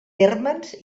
térmens